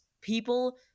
People